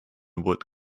would